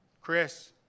Chris